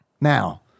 Now